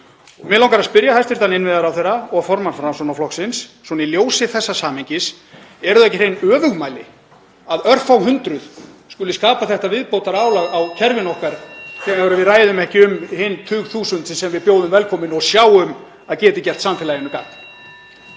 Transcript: Mig langar að spyrja hæstv. innviðaráðherra og formann Framsóknarflokksins í ljósi þessa samhengis: Eru það ekki hrein öfugmæli að örfá hundruð skuli skapa þetta viðbótarálag á kerfin okkar þegar við ræðum ekki um hin tugþúsundin sem við bjóðum velkomin og sjáum að geta gert samfélaginu gagn?